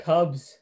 Cubs